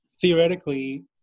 theoretically